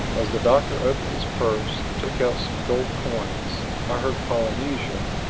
as the doctor opened his purse and took out some gold coins i heard polynesia,